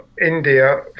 India